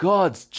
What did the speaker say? God's